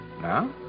Now